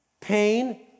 pain